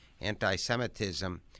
anti-Semitism